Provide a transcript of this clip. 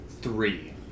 three